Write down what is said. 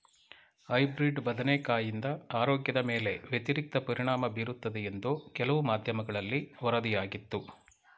hybrid ಬದನೆಕಾಯಿಂದ ಆರೋಗ್ಯದ ಮೇಲೆ ವ್ಯತಿರಿಕ್ತ ಪರಿಣಾಮ ಬೀರುತ್ತದೆ ಎಂದು ಕೆಲವು ಮಾಧ್ಯಮಗಳಲ್ಲಿ ವರದಿಯಾಗಿತ್ತು